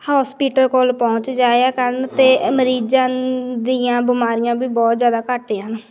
hospital ਕੋਲ ਪਹੁੰਚ ਜਾਇਆ ਕਰਨ ਅਤੇ ਮਰੀਜ਼ਾਂ ਦੀਆਂ ਬਿਮਾਰੀਆਂ ਵੀ ਬਹੁਤ ਜ਼ਿਆਦਾ ਘੱਟ ਜਾਣ